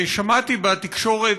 שמעתי בתקשורת,